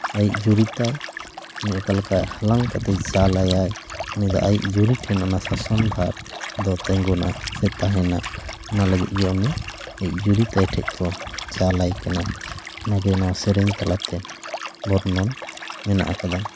ᱟᱭᱤᱡ ᱡᱩᱨᱤ ᱛᱟᱭ ᱩᱱᱤ ᱚᱠᱟ ᱞᱮᱠᱟ ᱦᱟᱞᱟᱝ ᱠᱟᱛᱮᱭ ᱪᱟᱞ ᱟᱭᱟᱭ ᱩᱱᱤ ᱫᱚ ᱟᱭᱤᱡ ᱡᱩᱨᱤ ᱴᱷᱮᱱ ᱥᱟᱥᱚᱱ ᱵᱷᱟᱨ ᱫᱚ ᱛᱤᱸᱜᱩᱱᱟ ᱥᱮ ᱛᱟᱦᱮᱸᱱᱟ ᱚᱱᱟ ᱞᱟᱹᱜᱤᱫ ᱜᱮ ᱩᱱᱤ ᱟᱭᱤᱡ ᱡᱩᱨᱤ ᱛᱟᱭ ᱴᱷᱮᱱ ᱠᱚ ᱪᱟᱞ ᱟᱭ ᱠᱟᱱᱟ ᱚᱱᱟᱜᱮ ᱱᱚᱣᱟ ᱥᱮᱨᱮᱧ ᱛᱟᱞᱟᱛᱮ ᱵᱚᱨᱱᱚᱱ ᱢᱮᱱᱟᱜ ᱟᱠᱟᱫᱟ